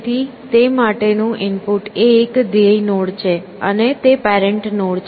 તેથી તે માટેનું ઇનપુટ એ એક ધ્યેય નોડ છે અને તે પેરન્ટ નોડ છે